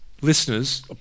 Listeners